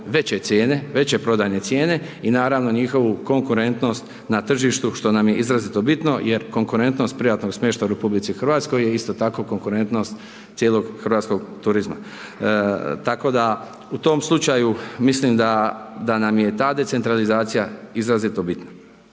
veće cijene, veće prodajne cijene i naravno, njihovu konkurentnost na tržištu, što nam je izrazito bitno jer konkurentnost privatnog smještaja u RH je isto tako konkurentnost cijelog hrvatskog turizma, tako da u tom slučaju mislim da nam je ta decentralizacija izrazito bitna.